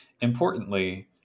importantly